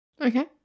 Okay